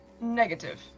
Negative